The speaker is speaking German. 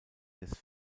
des